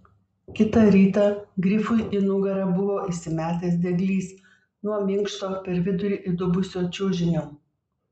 kitą rytą grifui į nugarą buvo įsimetęs dieglys nuo minkšto per vidurį įdubusio čiužinio